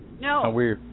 No